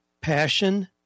Passion